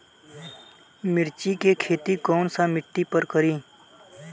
मिर्ची के खेती कौन सा मिट्टी पर करी?